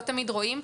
לא תמיד רואים.